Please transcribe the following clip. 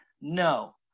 No